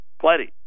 plenty